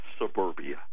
suburbia